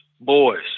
boys